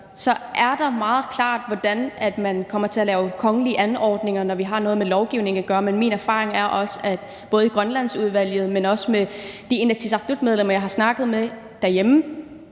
er det meget klart, hvordan man kommer til at lave kongelige anordninger, når vi har noget med lovgivning at gøre, men min erfaring er også, at både i Grønlandsudvalget, men også blandt de inatsisartutmedlemmer, jeg har snakket med derhjemme,